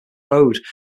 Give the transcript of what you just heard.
road